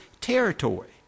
territory